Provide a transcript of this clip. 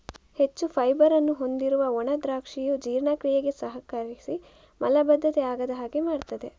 ಹೆಚ್ಚು ಫೈಬರ್ ಅನ್ನು ಹೊಂದಿರುವ ಒಣ ದ್ರಾಕ್ಷಿಯು ಜೀರ್ಣಕ್ರಿಯೆಗೆ ಸಹಕರಿಸಿ ಮಲಬದ್ಧತೆ ಆಗದ ಹಾಗೆ ಮಾಡ್ತದೆ